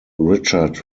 richard